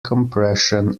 compression